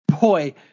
Boy